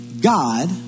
God